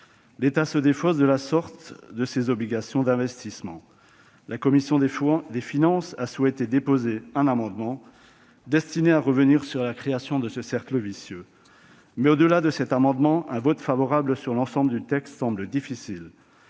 l'État se défausse, de la sorte, de ses obligations d'investissement. La commission des finances a souhaité déposer un amendement tendant à revenir sur la création de ce cercle vicieux. Toutefois, indépendamment de cet amendement, un vote favorable sur l'ensemble du texte semble difficile.